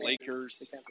Lakers